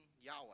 Yahweh